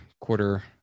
quarter